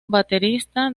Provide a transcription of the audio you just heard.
baterista